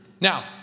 Now